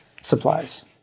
supplies